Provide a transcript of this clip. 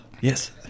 Yes